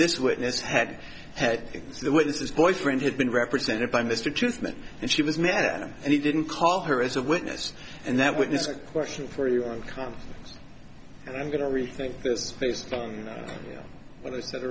this witness had had the witness this boyfriend had been represented by mr tooth and she was mad at him and he didn't call her as a witness and that witness a question for your column and i'm going to rethink this based on what i said